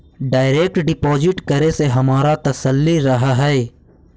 direct deposit करे से हमारा तसल्ली रहअ हई